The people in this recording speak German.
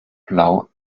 blau